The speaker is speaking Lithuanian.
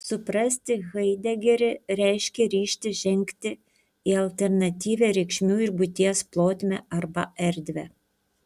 suprasti haidegerį reiškia ryžtis žengti į alternatyvią reikšmių ir būties plotmę arba erdvę